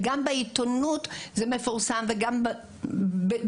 זה מפורסם גם בעיתונות,